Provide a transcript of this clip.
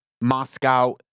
Moscow